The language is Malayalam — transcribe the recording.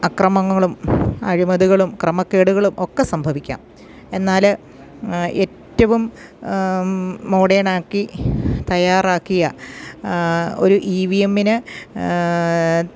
അക്രമങ്ങളും അഴിമതുകളും ക്രമക്കേടുകളും ഒക്കെ സംഭവിക്കാം എന്നാൽ ഏറ്റവും മോഡേണാക്കി തയ്യാറാക്കിയ ഒരു ഇ വി എമ്മിന്